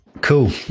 cool